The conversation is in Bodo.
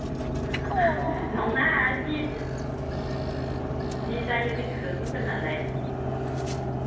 नङा जि जि जायो बेखो बुंगोननालाय